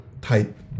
type